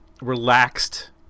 relaxed